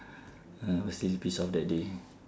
I was really pissed off that day